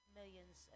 millions